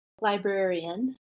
librarian